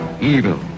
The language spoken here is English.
evil